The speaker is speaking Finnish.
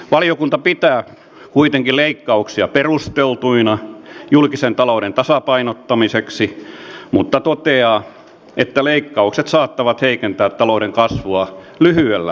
valiokunta pitää kuitenkin leikkauksia perusteltuina julkisen talouden tasapainottamiseksi mutta toteaa että leikkaukset saattavat heikentää talouden kasvua lyhyellä aikavälillä